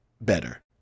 better